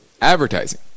advertising